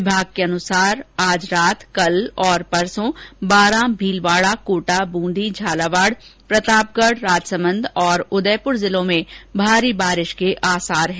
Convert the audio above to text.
विभाग के अनुसार आज रात कल और परसों बारा भीलवाडा कोटा ब्रंदी झालावाड प्रतापगढ राजसमंद और उदयपुर में भरी बारिश के आसार है